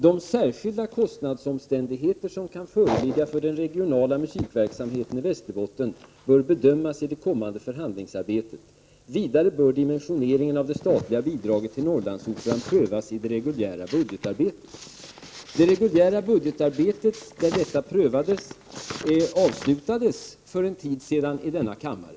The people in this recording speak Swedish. De särskilda kostnadsomständigheter som kan föreligga för den regionala musikverksamheten i Västerbotten bör bedömas i det kommande förhandlingsarbetet. Vidare bör dimensioneringen av det statliga bidraget till Norrlandsoperan prövas i det reguljära budgetarbetet.” Det reguljära budgetarbetet där detta prövades avslutades för en tid sedan i denna kammare.